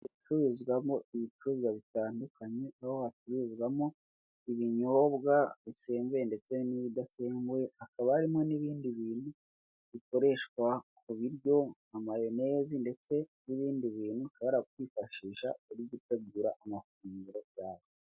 Icururizwamo ibicuruza bitandukanye, aho hacuruzwamo ibinyobwa bisembuye ndetse n'ibidasembuye, hakaba harimo n'ibindi bintu bikoreshwa ku biryo nka mayonezi ndetse n'ibindi bintu ushobora kwifashisha, uri gutegura amafunguro yawe.